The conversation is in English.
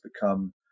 become